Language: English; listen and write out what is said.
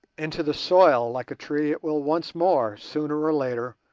into the soil like a tree it will once more, sooner or later,